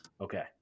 Okay